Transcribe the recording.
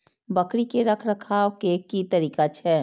बकरी के रखरखाव के कि तरीका छै?